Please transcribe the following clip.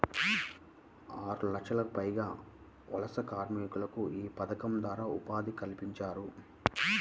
ఆరులక్షలకు పైగా వలస కార్మికులకు యీ పథకం ద్వారా ఉపాధి కల్పించారు